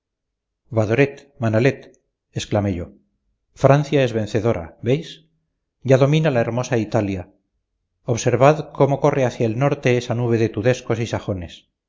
badoret manalet exclamé yo francia es vencedora veis ya domina la hermosa italia observad cómo corre hacia el norte esa nube de tudescos y sajones